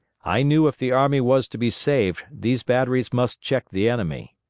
i knew if the army was to be saved these batteries must check the enemy.